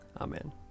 Amen